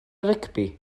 rygbi